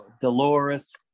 Dolores